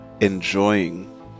enjoying